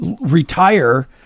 retire